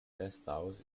guesthouse